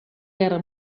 guerra